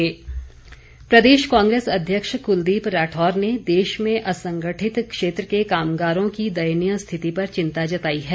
राठौर प्रदेश कांग्रेस अध्यक्ष कलदीप राठौर ने देश में असंगठित क्षेत्र के कामगारों की दयनीय स्थिति पर चिंता जताई है